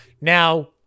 Now